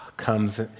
comes